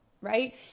right